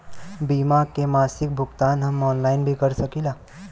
बीमा के मासिक भुगतान हम ऑनलाइन भी कर सकीला?